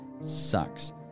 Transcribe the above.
sucks